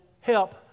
help